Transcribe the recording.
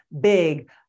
big